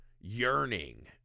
yearning